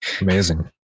Amazing